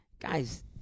guys